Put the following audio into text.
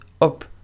up